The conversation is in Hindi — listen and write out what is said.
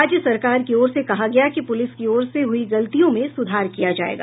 राज्य सरकार की ओर से कहा गया कि पुलिस की ओर से हुई गलतियों में सुधार किया जायेगा